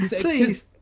please